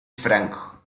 franco